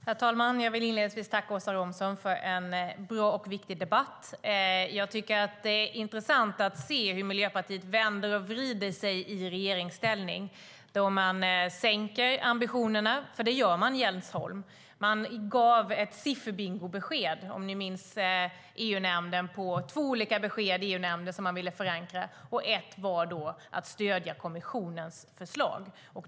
Herr talman! Jag vill inledningsvis tacka Åsa Romson för en bra och viktig debatt. Det är intressant att se hur Miljöpartiet vänder och vrider sig i regeringsställning. Man sänker ambitionerna - för det gör man, Jens Holm. Man gav ett sifferbingobesked, om ni minns. Det var två olika besked som man ville förankra i EU-nämnden, och ett var att stödja kommissionens förslag.